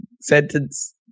sentence